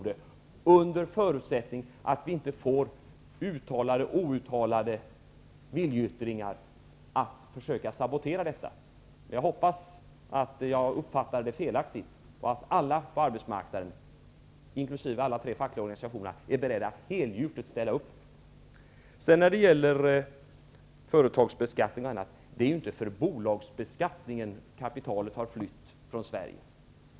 Detta under förutsättning att vi inte får uttalade och outtalade viljeyttringar om att försöka sabotera det. Jag hoppas att jag har uppfattat det fel, och att i stället alla på arbetsmarknaden, inkl. de tre fackliga organisationerna, är beredda att ställa upp helgjutet. När det gäller företagsbeskattning m.m. hävdar jag att det inte är på grund av bolagsbeskattning som kapitalet har flytt från Sverige.